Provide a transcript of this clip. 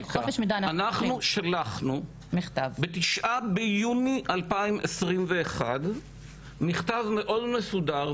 אנחנו שלחנו מכתב ב-9 ביוני 2021 מכתב מאוד מסודר,